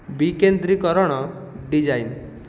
ବିକେନ୍ଦ୍ରୀକରଣ design